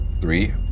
Three